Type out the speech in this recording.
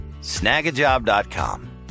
snagajob.com